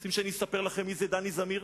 אתם רוצים שאני אספר לכם מי זה דני זמיר?